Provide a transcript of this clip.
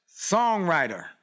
songwriter